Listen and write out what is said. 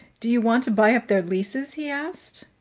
do you want to buy up their leases? he asked.